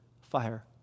fire